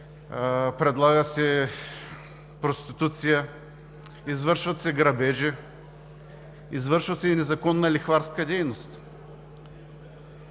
предлага се проституция, извършват се грабежи, извършва се и незаконна лихварска дейност.